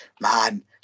Man